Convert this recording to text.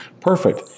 Perfect